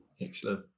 Excellent